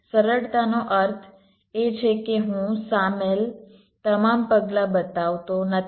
સરળતાનો અર્થ એ છે કે હું સામેલ તમામ પગલાં બતાવતો નથી